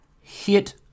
Hit